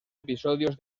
episodios